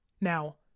Now